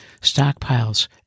stockpiles